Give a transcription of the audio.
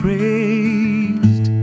praised